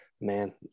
Man